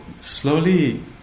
slowly